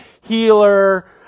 healer